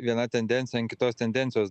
viena tendencija ant kitos tendencijos